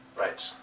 right